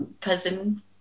Cousin